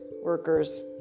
workers